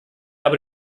habe